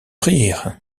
rire